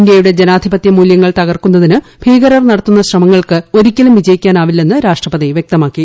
ഇന്ത്യയുടെ ജനാധിപത്യ മൂല്യങ്ങൾ തകർക്കുന്നതിന് ഭീകരർ നടത്തുന്ന ശ്രമങ്ങൾക്ക് ഒരിക്കലും വിജയിക്കാനാവില്ലെന്ന് രാഷ്ട്രപതി വ്യക്തമാക്കി